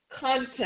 content